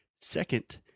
Second